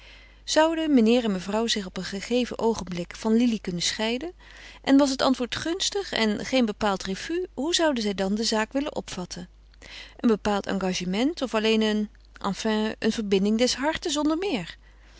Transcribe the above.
zouden meneer en mevrouw zich op een gegeven oogenblik van lili kunnen scheiden en was het antwoord gunstig en geen bepaald refus hoe zouden zij dan de zaak willen opvatten een bepaald engagement of alleen een enfin een verbinding des harten zonder meer